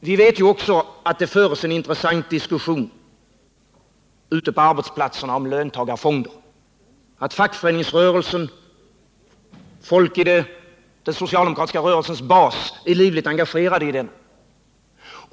Vi vet också att det förts en intressant diskussion ute på arbetsplatserna om löntagarfonder och att fackföreningsrörelsens folk i den demokratiska rörelsens bas är livligt engagerade i den.